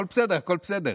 הכול בסדר.